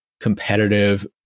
competitive